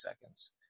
seconds